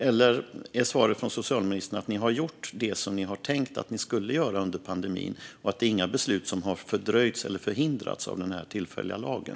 Eller är svaret från socialministern att ni har gjort det som ni hade tänkt att ni skulle göra under pandemin och att inga beslut har fördröjts eller förhindrats av den tillfälliga lagen?